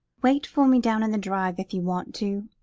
wait for me down in the drive, if you want to.